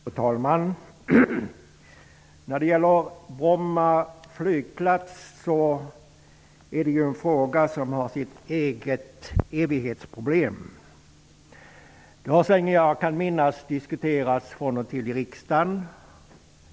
Fru talman! Frågan om Bromma flygplats har ju sitt eget evighetsproblem. Så länge jag kan minnas har frågan från och till diskuterats i riksdagen.